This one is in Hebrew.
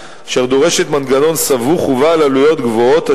אשר דורשת מנגנון סבוך ובעל עלויות גבוהות,